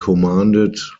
commanded